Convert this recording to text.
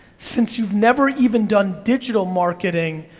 since you've never even done digital marketing,